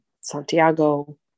Santiago